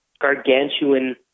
gargantuan